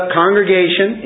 congregation